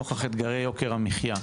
נוכח אתגרי יוקר המחיה.